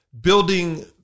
building